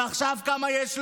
ועכשיו כמה יש לו?